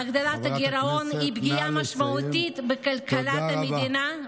חברת הכנסת, נא לסיים.